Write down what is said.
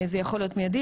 זה יכול להיות מידי,